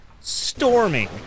storming